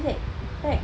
exact correct